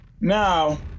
Now